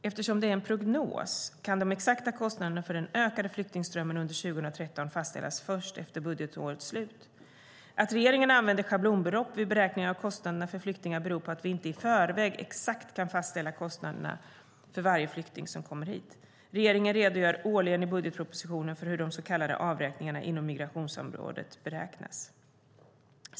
Eftersom det är en prognos kan de exakta kostnaderna för den ökade flyktingströmmen under 2013 fastställas först efter budgetårets slut. Att regeringen använder schablonbelopp vid beräkning av kostnaderna för flyktingar beror på att vi inte i förväg exakt kan fastställa kostnaderna för varje flykting som kommer hit. Regeringen redogör årligen i budgetpropositionen för hur de så kallade avräkningarna inom migrationsområdet beräknas.